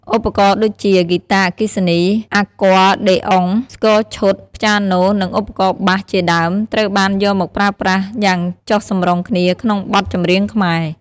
ឧបករណ៍ដូចជា ហ្គីតាអគ្គិសនី , អង្គ័រដេអុង , ស្គរឈុត , ព្យាណូនិង ឧបករណ៍បាស ជាដើម ត្រូវបានយកមកប្រើប្រាស់យ៉ាងចុះសម្រុងគ្នាក្នុងបទចម្រៀងខ្មែរ។